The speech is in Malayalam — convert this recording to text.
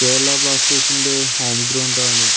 കേരള ബ്ളാസ്റ്റേർസിന്റ്റെ ഹോം ഗ്രൗണ്ടാണു